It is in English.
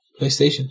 PlayStation